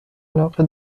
علاقه